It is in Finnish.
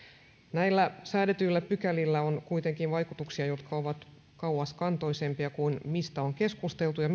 näillä säädetyillä pykälillä on kuitenkin vaikutuksia jotka ovat kauaskantoisempia kuin mistä on keskusteltu ja